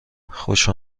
خوش